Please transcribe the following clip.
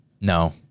No